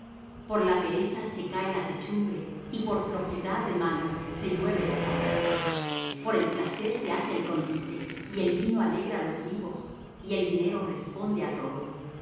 por la pereza se cae la techumbre y por flojedad de manos se llueve la casa por el placer se hace el convite y el vino alegra los vivos y el dinero responde á todo